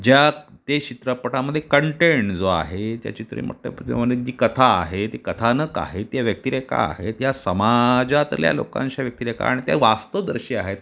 ज्यात ते चित्रपटामध्ये कन्टेन्ट जो आहे त्याची कथा आहे ते कथानक आहे त्या व्यक्तिरेखा आहेत या समाजातल्या लोकांच्या व्यक्तिरेखा आणि त्या वास्तवदर्शी आहेत